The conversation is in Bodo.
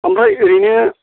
ओमफ्राय ओरैनो